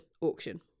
auction